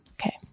Okay